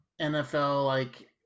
NFL-like